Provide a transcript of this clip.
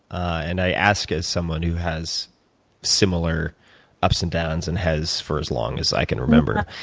and i ask as someone who has similar ups and downs and has for as long as i can remember.